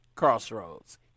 crossroads